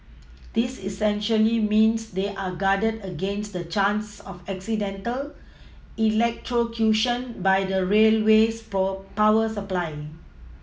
this essentially means they are guarded against the chance of accidental electrocution by the railway's poor power supply